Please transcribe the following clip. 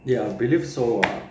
ya I believe so ah